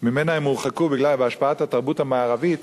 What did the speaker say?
שממנה הם הורחקו בהשפעת התרבות המערבית,